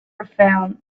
profound